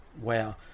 wow